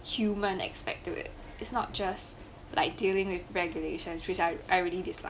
human aspect to it it's not just like dealing with regulations which I I really dislike